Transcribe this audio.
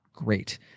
great